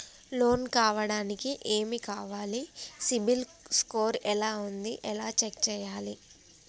Loan కావడానికి ఏమి కావాలి సిబిల్ స్కోర్ ఎలా ఉంది ఎలా చెక్ చేయాలి?